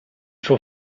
suo